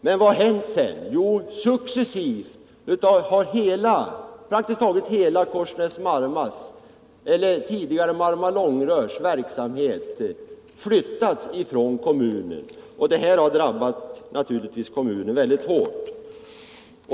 Men vad har hänt sedan dess? Jo, successivt har praktiskt taget hela Korsnäs-Marmas, dvs. tidigare Marma-Långrörs, verksamheter flyttats från kommunen, och detta har naturligtvis drabbat kommunen mycket hårt.